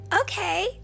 Okay